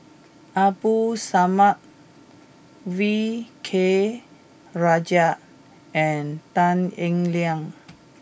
Abdul Samad V K Rajah and Tan Eng Liang